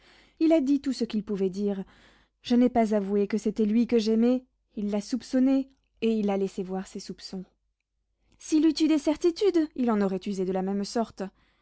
il a dit tout ce qu'il pouvait dire je n'ai pas avoué que c'était lui que j'aimais il l'a soupçonné et il a laissé voir ses soupçons s'il eût eu des certitudes il en aurait usé de la même sorte